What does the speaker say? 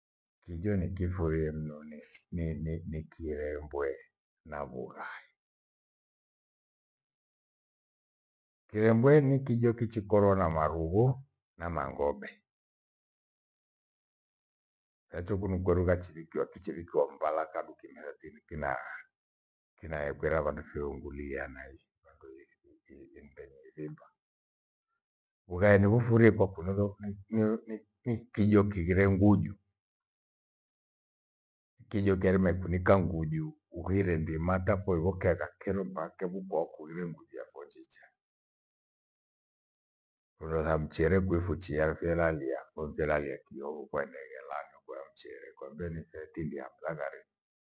Kijo nikifurie mno ni-ni kirembwe na vughai. Kirembwe ni kijo kichikorwa na marughu na mangobe. Hacho kunu kwerugha chiwikia- kichivikia mbala kadu kimeratini kinara. Kinara ikwera vandu fioungulia naishi vandu lithiku iimbenyi ithimba. Ughai niifurie kwakunu lo ni-ni kijo kighire nguju. Kijo kwaerima ikunika nguju ukwihire ndima tapho evokea kakero mpaka vukweo kughire nguju yapho njicha. Hono tha mchere kwio fuchiyaa felalia pho nkelalia kijo huo kwaendege laa nyo kwea mchele kwambe nikae tindi apho laghare.